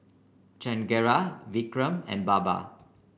Chengara Vikram and Baba